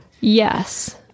Yes